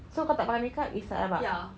so kau tak pakai makeup it's tak rabak